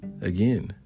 Again